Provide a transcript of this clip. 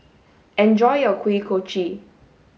enjoy your Kuih Kochi